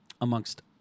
amongst